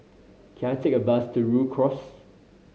can I take a bus to Rhu Cross